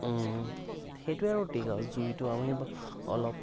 সেইটোৱেই আৰু ট্ৰিক আৰু জুইটো আমি অলপ